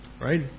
Right